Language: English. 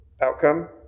outcome